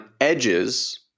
edges